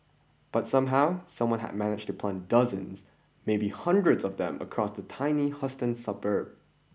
but somehow someone had managed to plant dozens maybe hundreds of them across the tiny Houston suburb